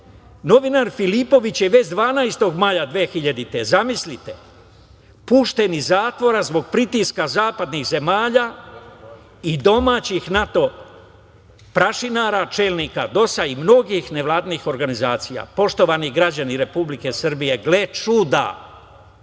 Filipović je već 12. maja 2000. godine, zamislite, pušten iz zatvora zbog pritiska zapadnih zemalja i domaćih NATO prašinara, čelnika DOS-a i mnogih nevladinih organizacija. Poštovani građani Republike Srbije, gle čuda,